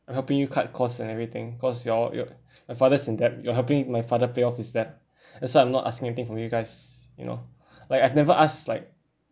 I'm helping you cut cost and everything cause you're you're my father's in debt you are helping my father pay off his debt that's why I'm not asking anything from you guys you know like I've never ask like